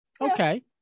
okay